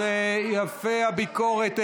יפה, הביקורת.